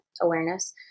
awareness